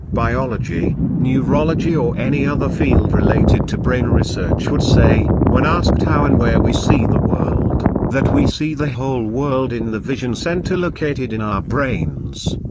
biology, neurology or any other field related to brain research would say, when asked how and where we see the world, that we see the whole world in the vision center located in our brains.